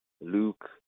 Luke